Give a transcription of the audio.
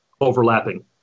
overlapping